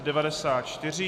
94.